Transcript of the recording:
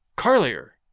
Carlier